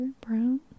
brown